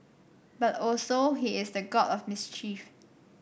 but also he is the god of mischief